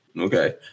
Okay